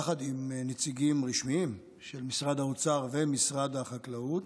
יחד עם נציגים רשמיים של משרד האוצר ומשרד החקלאות,